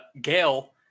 gail